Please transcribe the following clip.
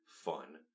fun